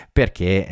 perché